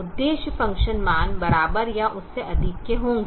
उद्देश्य फ़ंक्शन मान बराबर या उससे अधिक के होंगे